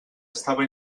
estava